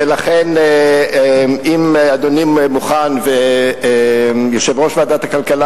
ולכן אם אדוני מוכן ויושב-ראש ועדת הכלכלה